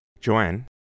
Joanne